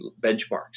benchmarks